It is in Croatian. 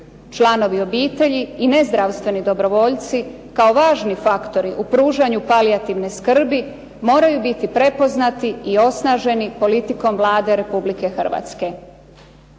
Članovi obitelji i nezdravstveni dobrovoljci kao važni faktori u pružanju palijativne skrbi moraju biti prepoznati i osnaženi politikom Vlade Republike Hrvatske.